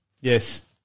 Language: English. Yes